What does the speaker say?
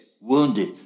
wounded